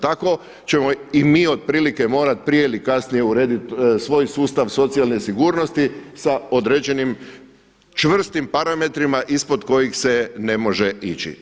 Tako ćemo i mi otprilike morati prije ili kasnije urediti svoj sustav socijalne sigurnosti sa određenim čvrstim parametrima ispod kojih se ne može ići.